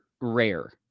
rare